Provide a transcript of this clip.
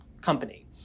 company